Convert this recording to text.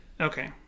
Okay